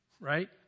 right